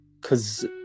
Cause